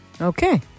Okay